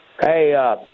Hey